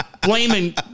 Blaming